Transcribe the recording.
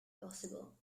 possible